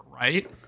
Right